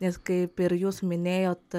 nes kaip ir jūs minėjot